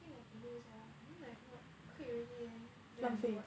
nothing I can do sia I mean like what quit already then then I do what